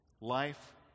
life